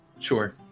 sure